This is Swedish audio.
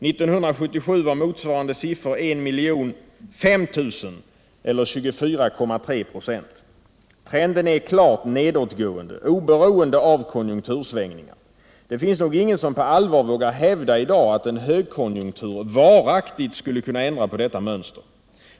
1977 var motsvarande siffror 1 005 000 eller 24,3 4. Trenden är klart nedåtgående oberoende av konjunktursvängningar. Det är nog ingen som på allvar vågar hävda i dag att en högkonjunktur varaktigt skulle kunna ändra på detta mönster.